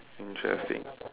interesting